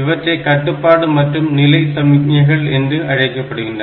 இவற்றை கட்டுப்பாடு மற்றும் நிலை சமிக்ஞைகள் என்று அழைக்கப்படுகின்றன